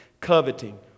coveting